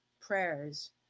prayers